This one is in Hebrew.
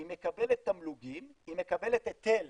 היא מקבלת תמלוגים, היא מקבלת היטל